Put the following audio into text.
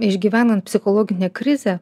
išgyvenant psichologinę krizę